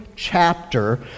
chapter